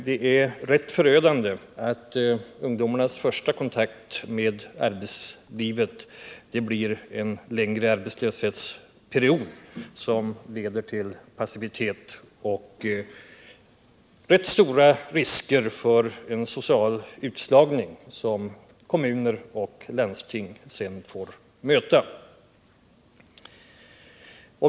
Det är rätt förödande att ungdomarnas första kontakt med arbetslivet blir en längre arbetslöshetsperiod, som leder till passivitet och stora risker för en social utslagning som kommuner och landsting sedan får möta.